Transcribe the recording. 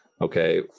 Okay